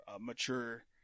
mature